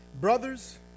Brothers